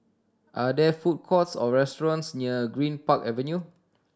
are there food courts or restaurants near Greenpark Avenue